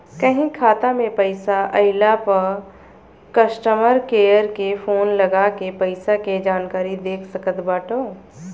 कहीं खाता में पईसा आइला पअ कस्टमर केयर के फोन लगा के पईसा के जानकारी देख सकत बाटअ